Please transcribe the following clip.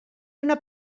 una